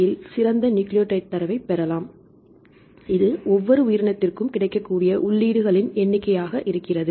யில் சிறந்த நியூக்ளியோடைடு தரவை பெறலாம் இது ஒவ்வொரு உயிரினத்திற்கும் கிடைக்கக்கூடிய உள்ளீடுகளின் எண்ணிக்கையாக இருக்கிறது